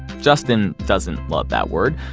justin doesn't love that word,